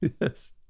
Yes